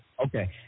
Okay